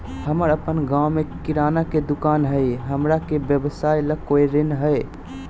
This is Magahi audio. हमर अपन गांव में किराना के दुकान हई, हमरा के व्यवसाय ला कोई ऋण हई?